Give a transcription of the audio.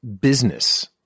business